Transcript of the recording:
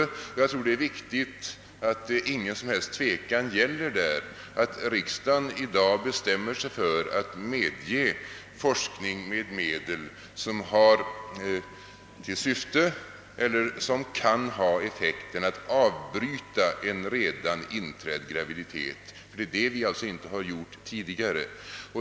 Jag tror som sagt att det är wiktigt att ingen som helst tvekan råder därom, att riksdagen i dag bestämmer sig för att medge forskning med medel som har till syfte, eller som kan iha den effekten, att avbryta en redan inträdd graviditet. Det är det vi alltså inte har medgivit tidigare.